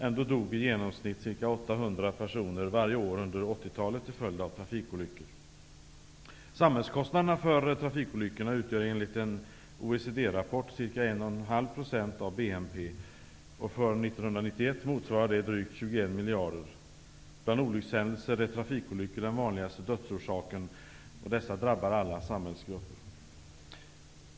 Ändå dog i genomsnitt ca 800 personer varje år under 1980 Samhällskostnaderna för trafikolyckorna utgör enligt en OECD-rapport ca 1,5 % av BNP. För 1991 motsvarade det drygt 21 miljarder. Bland olyckshändelser är trafikolyckor den vanligaste dödsorsaken, och dessa drabbar alla samhällsgrupper.